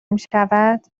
میشود